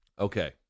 Okay